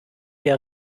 der